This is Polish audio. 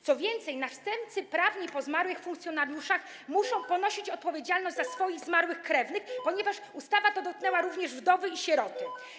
Co więcej, następcy prawni zmarłych funkcjonariuszy muszą ponosić odpowiedzialność za swoich zmarłych krewnych, ponieważ ustawa ta dotknęła również wdowy i sieroty.